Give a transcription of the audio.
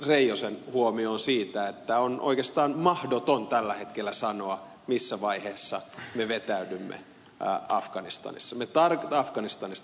reijosen huomioon siitä että on oikeastaan mahdoton tällä hetkellä sanoa missä vaiheessa me vetäydymme afganistanista